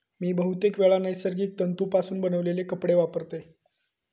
मी बहुतेकवेळा नैसर्गिक तंतुपासून बनवलेले कपडे वापरतय